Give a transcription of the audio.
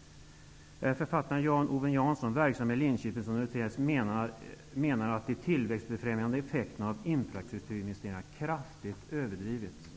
läsa att författaren Jan Ove Jansson, verksam i Linköping, menar att de tillväxtbefrämjande effekterna av infrastrukturinvesteringar kraftigt överdrivits.